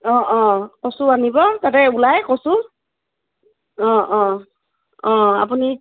অ অ কচু আনিব তাতে ওলায় কচু অ অ অ আপুনি